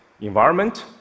environment